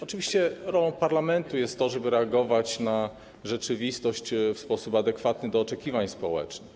Oczywiście rolą parlamentu jest to, żeby reagować na rzeczywistość w sposób adekwatny do oczekiwań społecznych.